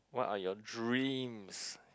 what are your dreams